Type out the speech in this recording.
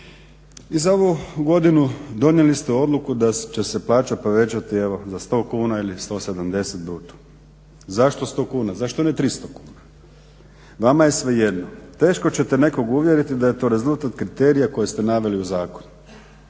I za ovu godinu donijeli ste odluku da će se plaće povećati za 100 kuna ili 170 bruto. Zašto 100 kuna, zašto ne 300 kuna. Vama je svejedno. Teško ćete nekog uvjeriti da je to rezultat kriterija koje ste naveli u zakonu.